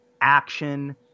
action